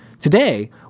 Today